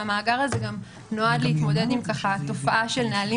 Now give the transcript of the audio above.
והמאגר הזה גם נועד להתמודד עם תופעה של נהלים